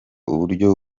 uburyo